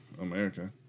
America